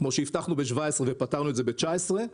כפי שהבטחנו ב-2017 ופתרנו את זה ב-2019,